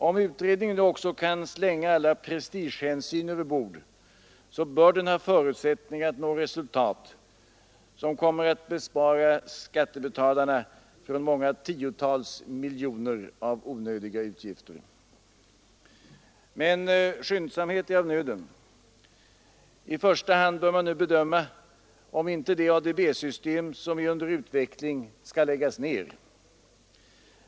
Om utredningen också kan slänga alla prestigehänsyn över bord bör den ha förutsättningar att nå resultat, som kommer att bespara skattebetalarna många tiotal miljoner av onödiga utgifter. Men skyndsamhet är av nöden. I första hand bör man nu bedöma om inte det ADB-system som är under utveckling skall läggas ned.